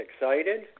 excited